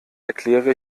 erkläre